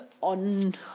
on